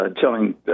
telling